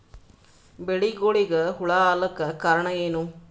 ಬೆಳಿಗೊಳಿಗ ಹುಳ ಆಲಕ್ಕ ಕಾರಣಯೇನು?